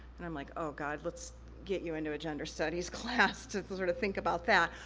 and i'm like, oh god, let's get you into a gender studies class to sorta think about that,